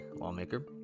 lawmaker